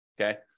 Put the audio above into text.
okay